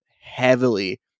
heavily